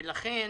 ולכן